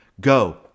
Go